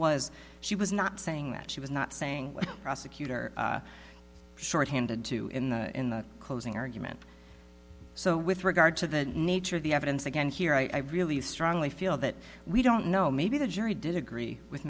was she was not saying that she was not saying prosecutor short handed to in the in the closing argument so with regard to the nature of the evidence again here i really strongly feel that we don't know maybe the jury did agree with